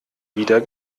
wieder